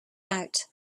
out